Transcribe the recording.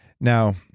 Now